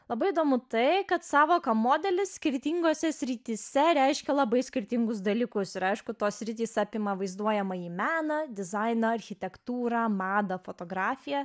labai įdomu tai kad sąvoka modelis skirtingose srityse reiškia labai skirtingus dalykus ir aišku tos sritys apima vaizduojamąjį meną dizainą architektūrą madą fotografiją